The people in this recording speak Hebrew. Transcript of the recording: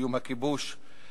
לסיום הכיבוש.